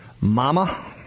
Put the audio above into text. Mama